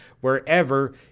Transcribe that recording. wherever